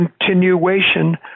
continuation